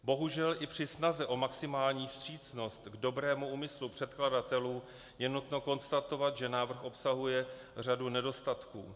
Bohužel i při snaze o maximální vstřícnost k dobrému úmyslu předkladatelů je nutno konstatovat, že návrh obsahuje řadu nedostatků.